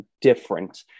different